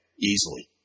easily